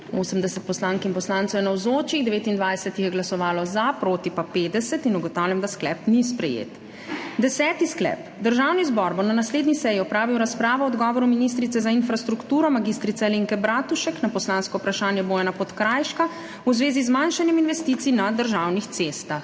80 poslank in poslancev je navzočih, 29 jih je glasovalo za, proti pa 50. (Za je glasovalo 29.) (Proti 50.) Ugotavljam, da sklep ni sprejet. Deseti sklep: Državni zbor bo na naslednji seji opravil razpravo o odgovoru ministrice za infrastrukturo mag. Alenke Bratušek na poslansko vprašanje Bojana Podkrajška v zvezi z zmanjšanjem investicij na državnih cestah.